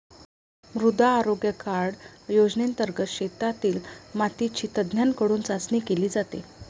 मृदा आरोग्य कार्ड योजनेंतर्गत शेतातील मातीची तज्ज्ञांकडून चाचणी केली जाते